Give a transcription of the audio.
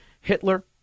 Hitler